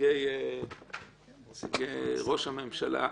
נציגי משרד ראש הממשלה,